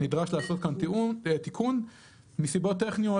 נדרש לעשות כאן תיקון מסיבות טכניות.